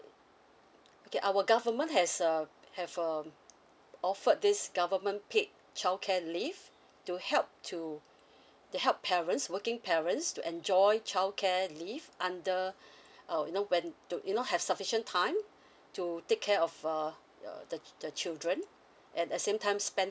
okay our government has err have err offered this government paid childcare leave to help to help parents working parents to enjoy childcare leave under um you know when you know have sufficient time to take care of a the chi~ the children at the same time spend